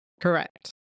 Correct